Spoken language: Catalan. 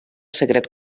secret